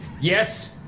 Yes